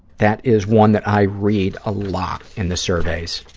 that is one that i read a lot in the surveys,